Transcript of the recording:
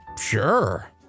sure